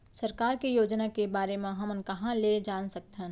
सरकार के योजना के बारे म हमन कहाँ ल जान सकथन?